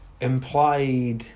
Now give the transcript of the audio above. implied